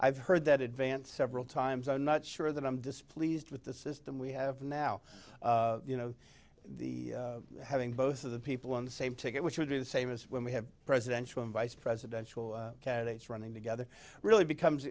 i've heard that advance several times i'm not sure that i'm displeased with the system we have now you know having both of the people on the same ticket which would be the same as when we have presidential and vice presidential candidates running together really becomes